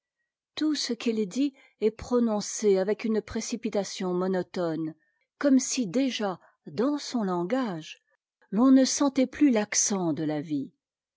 tout ce qu'il dit est prononcé avec une précipitation monotone comme si déjà dans son langage t'en ne sentait plus l'accent de la vie